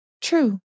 True